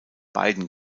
beiden